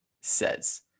says